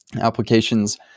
applications